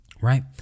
right